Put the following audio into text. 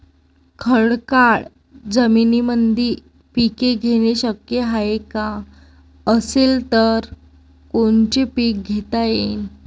खडकाळ जमीनीमंदी पिके घेणे शक्य हाये का? असेल तर कोनचे पीक घेता येईन?